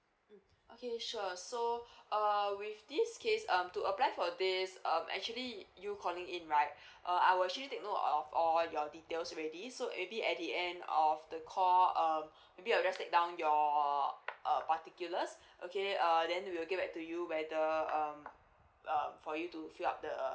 mm okay sure so err with this case um to apply for this um actually you calling in right uh I will actually take note of all your details already so maybe at the end of the call um maybe I'll just take down your uh particulars okay err then we'll get back to you whether um uh for you to fill up the